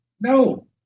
No